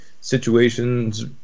situations